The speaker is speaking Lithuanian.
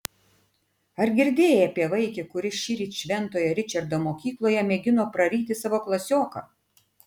ar girdėjai apie vaikį kuris šįryt šventojo ričardo mokykloje mėgino praryti savo klasioką